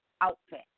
outfit